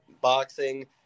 Boxing